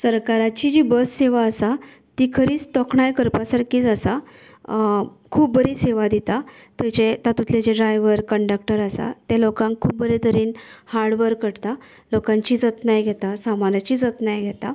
सरकाराची जी बस सेवा आसा ती खरीच तोखणाय करपा सारकीच आसा खूब बरी सेवा दिता तुजे तातुंतले जे ड्रायवर कन्डक्टर आतसा ते लोकांक खूब बरें तरेन हाड व्हर करतात लोकांची जतनाय घेतात सामानाची जतनाय घेतात